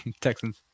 Texans